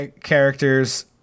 characters